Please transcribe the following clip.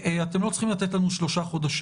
אתם לא צריכים לתת לנו נתונים על שלושה חודשים.